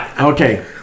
Okay